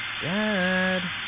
Dad